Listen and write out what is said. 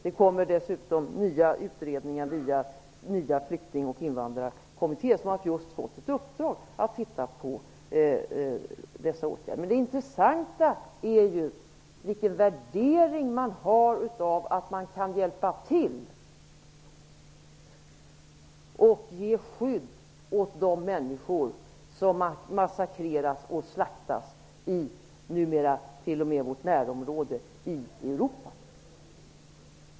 Det kommer dessutom nya utredningar via Invandrar och flyktingkommittén, som just har fått i uppdrag att studera dessa saker. Men det intressanta är vilken värdering man har av att man kan hjälpa till och ge skydd åt de människor som massakreras och slaktas, numera t.o.m. i vårt närområde i Europa.